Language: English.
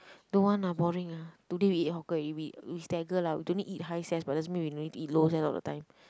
don't want lah boring lah today we eat hawker already we we lah we don't need to eat high ses but doesn't mean we no need to eat low ses all the time